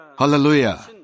Hallelujah